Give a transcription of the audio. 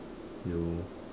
you